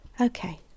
okay